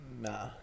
Nah